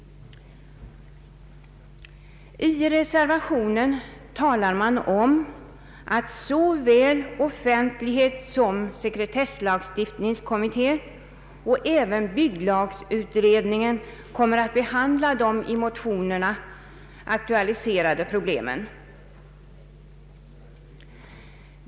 I reservationen framhålles att såväl offentlighetsoch sekretesslagstiftningskommittén som =:bygglagutredningen kommer att behandla de i motionerna aktualiserade problemen.